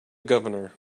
governor